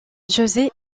josé